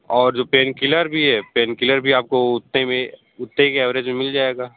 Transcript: और जो pain killer भी है पैन किलर भी आपको उतने में उतने के ऐव्रिज में मिल जाएगा